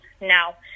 Now